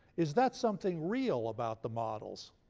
is that something real about the models?